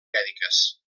mèdiques